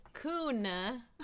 kuna